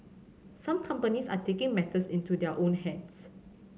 some companies are taking matters into their own hands